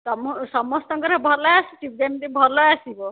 ସମସ୍ତଙ୍କର ଭଲ ଆସିଛି ଯେମିତି ଭଲ ଆସିବ